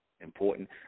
important